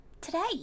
Today